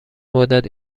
مدت